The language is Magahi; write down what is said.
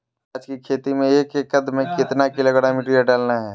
प्याज की खेती में एक एकद में कितना किलोग्राम यूरिया डालना है?